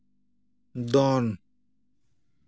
ᱫᱚᱱ